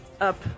up